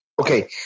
Okay